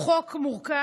הוא חוק מורכב,